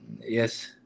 Yes